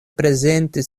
prezenti